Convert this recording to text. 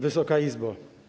Wysoka Izbo!